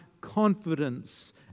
confidence